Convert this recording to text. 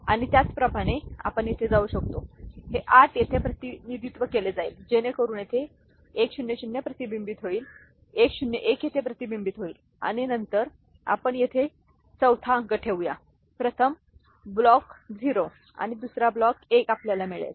आणि त्याचप्रमाणे आपण येथे जाऊ शकतो हे 8 येथे प्रतिनिधित्व केले जाईल जेणेकरून येथे 100 प्रतिबिंबित होईल 101 येथे प्रतिबिंबित होईल आणि नंतर आपण येथे चौथा अंक ठेवूया प्रथम ब्लॉक 0 आणि दुसरा ब्लॉक एक आपल्याला मिळेल